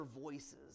voices